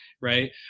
right